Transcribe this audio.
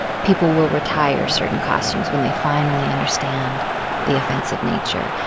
people will retire certain costumes when they finally understand the offensive nature.